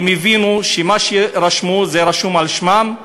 הם הבינו שמה שרשמו, זה רשום על שמם,